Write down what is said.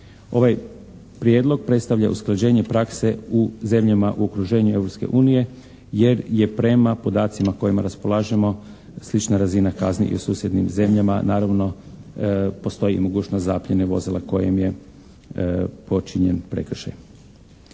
Ovaj prijedlog predstavlja usklađenje prakse u zemljama u okruženju Europske unije jer je prema podacima kojima raspolažemo slična razina kazni i u susjednim zemljama, naravno postoji mogućnost zaplijene vozila kojim je počinjen prekršaj.